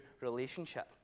relationship